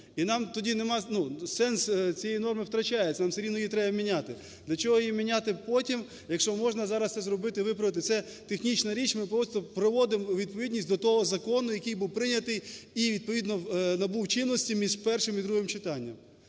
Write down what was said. І нам тоді нема… ну сенс цієї норми втрачається, нам все рівно її треба міняти. Для чого її міняти потім, якщо можна зараз це зробити, виправити? Це технічна річ, ми просто приводимо у відповідність до того закону, який був прийнятий і, відповідно, набув чинності між першим і другим читанням.